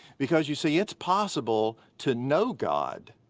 because you see, it's possible to know god,